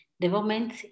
development